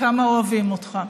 כמה אוהבים אותך.